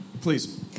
Please